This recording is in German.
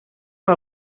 mal